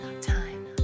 time